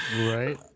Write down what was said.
Right